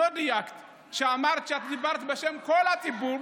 לא דייקת כשאמרת שאת דיברת בשם כל הציבור.